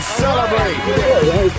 celebrate